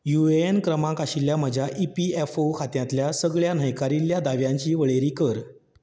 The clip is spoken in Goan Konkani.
युएएन क्रमांक आशिल्ल्या म्हज्या ईपीएफओ खात्यांतल्या सगळ्या न्हयकारिल्ल्या दाव्यांची वळेरी कर